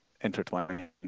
intertwined